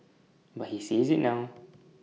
but he sees IT now